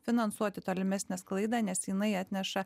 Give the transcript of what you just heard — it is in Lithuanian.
finansuoti tolimesnę sklaidą nes jinai atneša